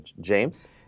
James